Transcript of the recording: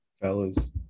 fellas